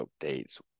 updates